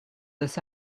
this